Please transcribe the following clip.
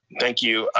thank you.